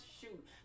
shoot